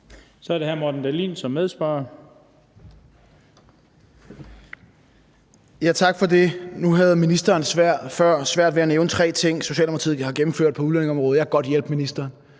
Kl. 17:26 Morten Dahlin (V): Tak for det. Nu havde ministeren før svært ved at nævne tre ting, Socialdemokratiet har gennemført på udlændingeområdet. Jeg kan godt hjælpe ministeren: